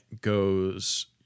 goes